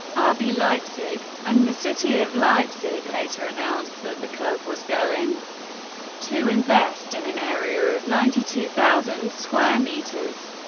ah leipzig and the city of leipzig later announced that the club was going to invest in an area of ninety two thousand square meters.